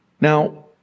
Now